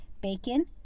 bacon